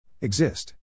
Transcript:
Exist